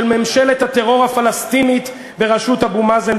ממשלת הטרור הפלסטינית בראשות אבו מאזן,